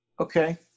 Okay